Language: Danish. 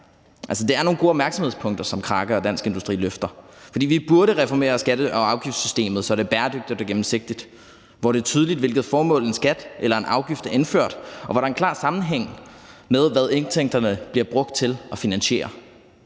det er nogle gode opmærksomhedspunkter, som Kraka og Dansk Industri bringer op, for vi burde reformere skatte- og afgiftssystemet, så det er bæredygtigt og gennemsigtigt, så det er tydeligt, med hvilket formål en skat eller en afgift er indført, og så der er en klar sammenhæng med, hvad indtægterne bliver brugt til og finansierer.